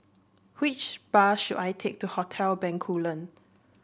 which bus should I take to Hotel Bencoolen